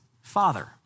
father